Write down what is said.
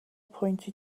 pointed